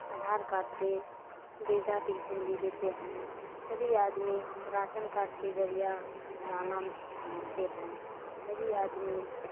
Aadhaar card سے بیدھا pension بھی لیتے ہیں سبھی آدمی راسن کارڈ کے ذریعہ دانا ملتے ہیں سبھی آدمی